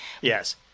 Yes